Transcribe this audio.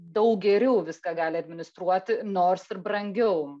daug geriau viską gali administruoti nors ir brangiau